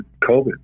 covid